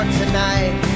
tonight